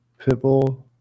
Pitbull